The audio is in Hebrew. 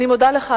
אני מודה לך,